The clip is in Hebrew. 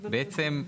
בעצם,